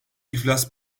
iflas